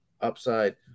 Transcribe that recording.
upside